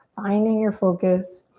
finding your focus.